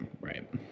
right